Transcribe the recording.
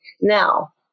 Now